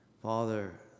Father